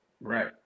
Right